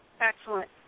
Excellent